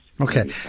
Okay